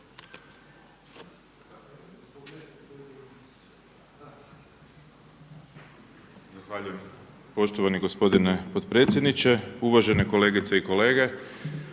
Zahvaljujem poštovani gospodine potpredsjedniče. Uvažene kolegice i kolege.